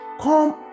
Come